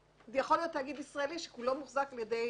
יכול להיות תאגיד ישראלי שכולו מוחזק בידי